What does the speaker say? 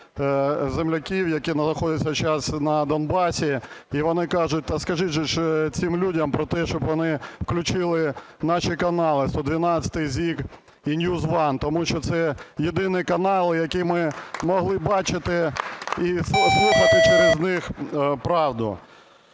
земляків, які знаходяться зараз на Донбасі. І вони кажуть, а скажіть же цим людям про те, щоб вони включили наші канали "112", ZIK і NewsOne, тому що це єдині канали, які ми могли бачити і слухати через них правду.